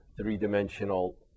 three-dimensional